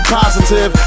positive